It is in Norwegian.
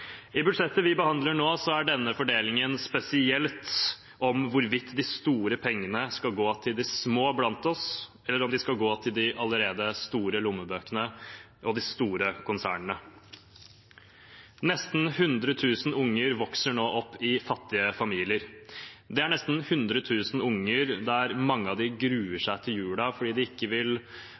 I budsjettet vi behandler nå, handler denne fordelingen spesielt om hvorvidt de store pengene skal gå til de små blant oss, eller om de skal gå til de allerede store lommebøkene og de store konsernene. Nesten 100 000 unger vokser nå opp i fattige familier. Av nesten 100 000 unger gruer mange seg til julen fordi de ikke vil